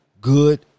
good